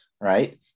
right